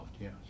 yes